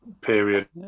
period